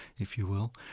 if you will,